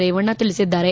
ರೇವಣ್ನ ತಿಳಿಸಿದ್ದಾರೆ